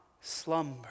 slumber